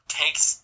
takes